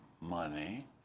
money